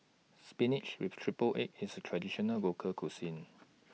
Spinach with Triple Egg IS A Traditional Local Cuisine